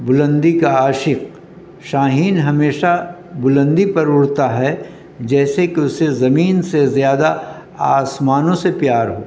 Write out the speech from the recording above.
بلندی کا عاشق شاہین ہمیشہ بلندی پر اڑتا ہے جیسے کہ اسے زمین سے زیادہ آسمانوں سے پیار ہو